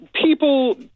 people